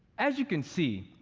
as you can see,